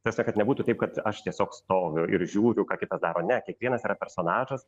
ta prasme kad nebūtų taip kad aš tiesiog stoviu ir žiūriu ką kitas daro ne kiekvienas personažas